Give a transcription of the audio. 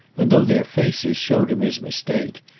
and, though their faces showed him his mistake,